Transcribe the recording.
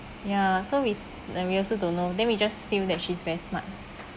ya so we like we also don't know then we just feel that she's very smart